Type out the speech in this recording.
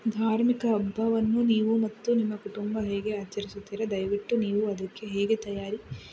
ಧಾರ್ಮಿಕ ಹಬ್ಬವನ್ನು ನೀವು ಮತ್ತು ನಿಮ್ಮ ಕುಟುಂಬ ಹೇಗೆ ಆಚರಿಸುತ್ತೀರ ದಯವಿಟ್ಟು ನೀವು ಅದಕ್ಕೆ ಹೇಗೆ ತಯಾರಿ